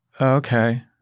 Okay